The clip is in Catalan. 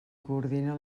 coordina